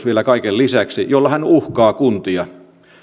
vielä kaiken lisäksi tämmöinen työkalu kuin valitusoikeus jolla hän uhkaa kuntia